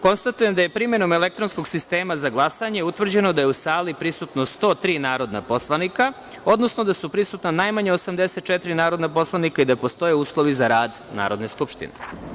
Konstatujem da je primenom elektronskog sistema za glasanje utvrđeno da je u sali prisutno 103 narodna poslanika, odnosno da su prisutna najmanje 84 narodna poslanika i da postoje uslovi za rad Narodne skupštine.